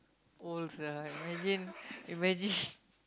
old sia imagine imagine